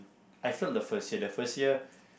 I failed the first year the first year